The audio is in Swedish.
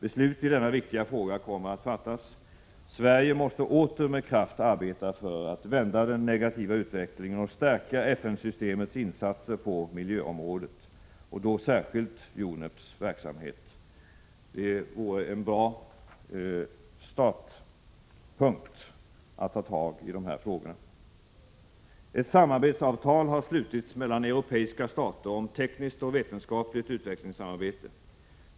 Beslut i denna viktiga fråga kommer att fattas. Sverige måste åter med kraft arbeta för att vända den negativa utvecklingen och stärka FN-systemets insatser på miljöområdet — och då särskilt UNEP:s verksamhet. Det vore en bra startpunkt att ta tag i dessa frågor. Ett samarbetsavtal har slutits mellan europeiska stater om tekniskt och vetenskapligt utvecklingssamarbete.